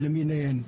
למיניהן.